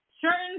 certain